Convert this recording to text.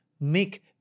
make